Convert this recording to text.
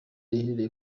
iherereye